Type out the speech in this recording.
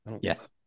Yes